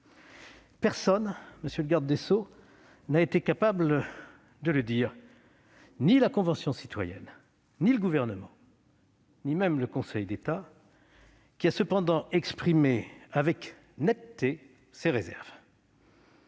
Personne, monsieur le garde des sceaux, n'a été capable de le dire, ni la Convention citoyenne pour le climat, ni le Gouvernement, ni même le Conseil d'État, qui a cependant exprimé avec netteté ses réserves.